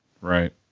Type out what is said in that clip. Right